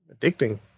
addicting